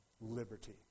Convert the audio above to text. liberty